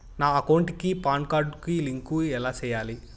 నా అకౌంట్ కి PAN card link ఎలా సేయాలి